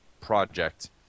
project